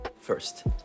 First